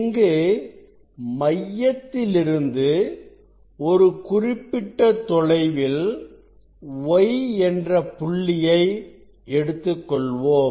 இங்கு மையத்திலிருந்து ஒரு குறிப்பிட்ட தொலைவில் y என்ற புள்ளியை எடுத்துக்கொள்வோம்